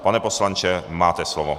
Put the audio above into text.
Pane poslanče, máte slovo.